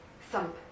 Thump